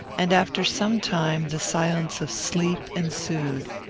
and, after some time, the silence of sleep ensued.